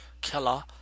killer